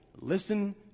Listen